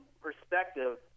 perspective